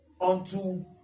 unto